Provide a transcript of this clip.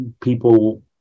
people